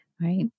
Right